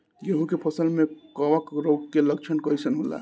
गेहूं के फसल में कवक रोग के लक्षण कइसन होला?